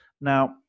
Now